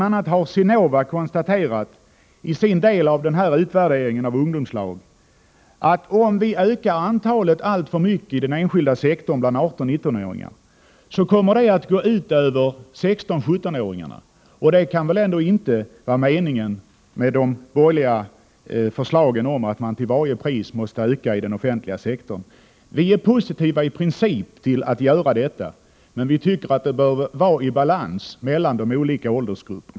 a. har SINOVA konstaterat i sin del av utvärderingen av ungdomslagen att om vi ökar antalet 18-19-åringar inom den enskilda sektorn, kommer det att gå ut över 16-17-åringarna. Det kan väl ändå inte vara meningen med de borgerliga förslagen om att man till varje pris måste få in fler ungdomar i den privata sektorn. Vi är positiva i princip till detta, men vi tycker att det måste råda balans mellan de olika åldersgrupperna.